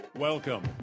Welcome